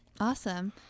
Awesome